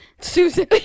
Susan